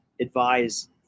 advise